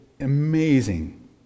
amazing